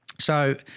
so